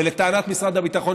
ולטענת משרד הביטחון,